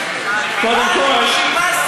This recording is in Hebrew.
אנשים,